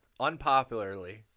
unpopularly